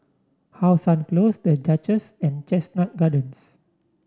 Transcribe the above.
How Sun Close The Duchess and Chestnut Gardens